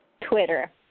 Twitter